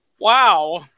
Wow